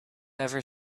ever